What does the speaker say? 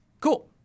Cool